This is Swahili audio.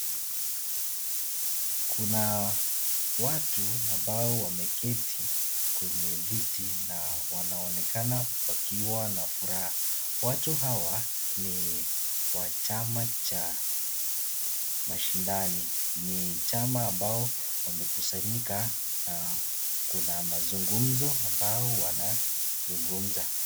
Kuna watu ambao wameketi kwenye viti na wanaonekana wakiwa na furaha. Watu hawa ni wa chama cha mashindani ni chama ambao wamekusanyika na kuna mazungumzo ambao wanazungumza.